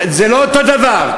זה לא אותו דבר.